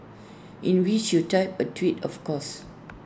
in which you typed A twit of course